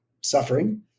suffering